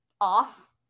off